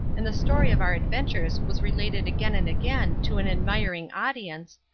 and the story of our adventures was related again and again to an admiring audience,